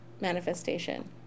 manifestation